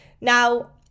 now